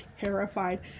terrified